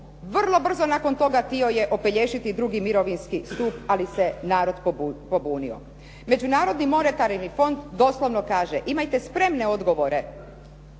Vrlo brzo nakon toga htio je opelješiti drugi mirovinski stup ali se narod pobunio. Međunarodni monetarni fond doslovno kaže, imajte spremne odgovore